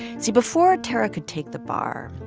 see, before tarra could take the bar,